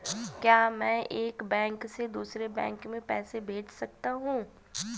क्या मैं एक बैंक से दूसरे बैंक में पैसे भेज सकता हूँ?